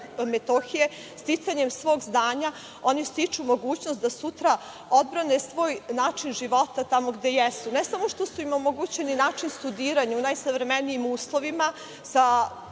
KiM. Sticanjem svog znanja, oni stiču mogućnost da sutra odbrane svoj način života tamo gde jesu, ne samo što su im omogućeni način studiranja u najsavremenijim uslovima sa